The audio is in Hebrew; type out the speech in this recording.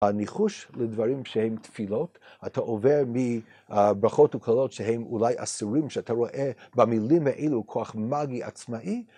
‫הניחוש לדברים שהם תפילות, ‫אתה עובר מברכות וקללות ‫שהם אולי אסורים שאתה רואה ‫במילים אילו כוח מאגי עצמאי.